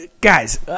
Guys